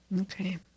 Okay